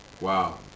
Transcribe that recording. Wow